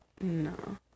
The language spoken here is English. No